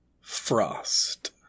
Frost